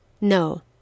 No